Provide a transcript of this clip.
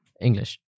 English